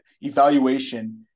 evaluation